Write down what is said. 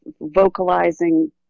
vocalizing